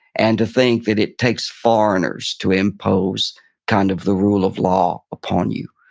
and to think that it takes foreigners to impose kind of the rule of law upon you.